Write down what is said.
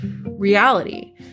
reality